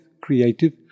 creative